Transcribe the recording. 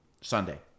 Sunday